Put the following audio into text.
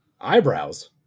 Eyebrows